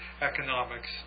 economics